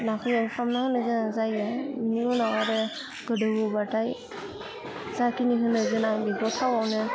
नाखौ एवफ्रामना होनो गोनां जायो इनि उनाव आरो गोदौहोबाथाय जाखिनि होनो गोनां बिखौ थावावनो